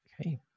Okay